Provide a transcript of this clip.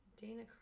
Dana